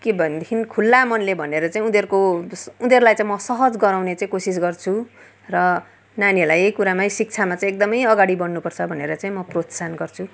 के भनेदेखिन खुला मनले भनेर चाहिँ उनीहरूको उनीहरूलाई चाहिँ म सहज गराउने चाहिँ कोसिस गर्छु र नानीहरूलाई यही कुरामा शिक्षामा चाहिँ एकदम अगाडि बढ्नु पर्छ भनेर चाहिँ म प्रोत्साहन गर्छु